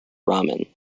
rahman